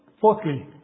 Fourthly